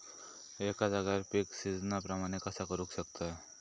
एका जाग्यार पीक सिजना प्रमाणे कसा करुक शकतय?